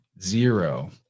zero